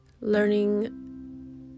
Learning